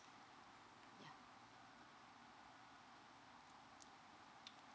ya